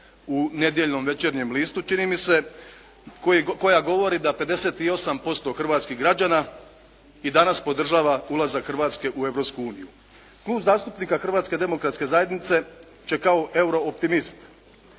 u nedjeljnom Večernjem listu čini mi se, koja govori da 58% hrvatskih građana i danas podržava ulazak Hrvatske u Europsku uniju. Klub zastupnika Hrvatske demokratske zajednice će kao euro optimist